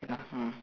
ya mm